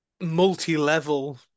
multi-level